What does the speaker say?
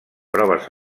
proves